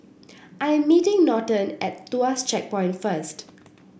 I am meeting Norton at Tuas Checkpoint first